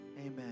amen